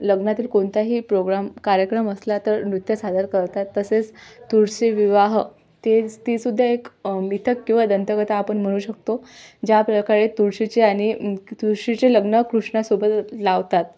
लग्नातील कोणताही प्रोग्राम कार्यक्रम असला तर नृत्य सादर करतात तसेच तुळशीविवाह तेच ती सुद्धा एक मिथक किंवा दंतकथा आपण म्हणू शकतो ज्याप्रकारे तुळशीचे आणि तुळशीचे लग्न कृष्णासोबत लावतात